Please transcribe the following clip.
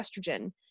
estrogen